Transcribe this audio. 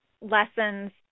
lessons